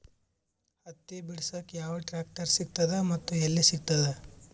ಹತ್ತಿ ಬಿಡಸಕ್ ಯಾವ ಟ್ರಾಕ್ಟರ್ ಸಿಗತದ ಮತ್ತು ಎಲ್ಲಿ ಸಿಗತದ?